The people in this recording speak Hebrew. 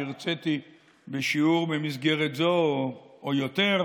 אני הרציתי במסגרת זו בשיעור או יותר.